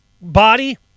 body